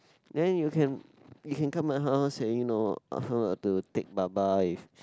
then you can you can come my house and you know come up to take baba with